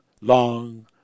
long